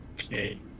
okay